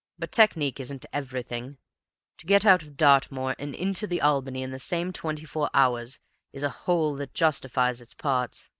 but technique isn't everything to get out of dartmoor and into the albany in the same twenty-four hours is a whole that justifies its parts.